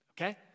okay